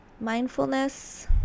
Mindfulness